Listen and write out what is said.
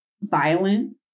violence